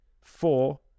four